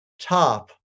top